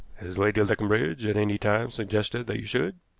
has lady leconbridge at any time suggested that you should?